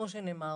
כמו שנאמר,